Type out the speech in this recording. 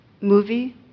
Movie